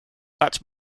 that